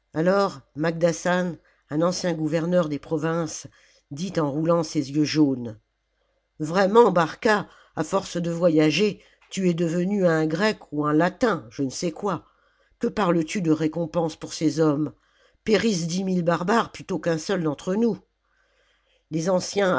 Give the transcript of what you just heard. alors magdassan un ancien gouverneur de provinces dit en roulant ses yeux jaunes vraiment barca à firce de voyager tu es devenu un grec ou un latin je ne sais quoi que parles-tu de récompenses pour ces hommes périssent dix mille barbares plutôt qu'un seul d'entre nous les anciens